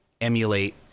emulate